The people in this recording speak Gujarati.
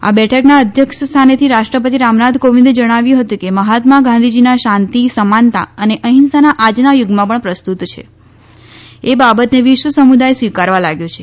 આ બેઠકના અધ્યક્ષસ્થાનેથી રાષ્ટ્રપતિ રામનાથ કોવિંદે જણાવ્યું હતું કે મહાત્મા ગાંધીજીના શાંતિ સમાનતા અને અહિંસાનાં આજના યુગમાં પણ પ્રસ્તુત છે એ બાબતને વિશ્વ સમુદાય સ્વિકારવા લાગ્યો છે